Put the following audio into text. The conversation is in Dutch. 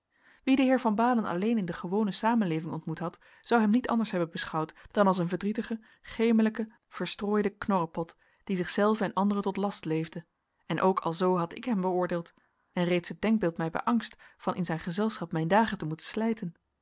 wie den heer van baalen alleen in de gewone samenleving ontmoet had zou hem niet anders hebben beschouwd dan als een verdrietigen gemelijken verstrooiden knorrepot die zichzelven en anderen tot last leefde en ook alzoo had ik hem beoordeeld en reeds het denkbeeld mij beangst van in zijn gezelschap mijn dagen te moeten slijten